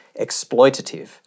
exploitative